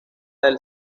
del